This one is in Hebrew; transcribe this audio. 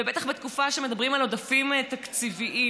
ובטח בתקופה שמדברים על עודפים תקציביים.